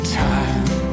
time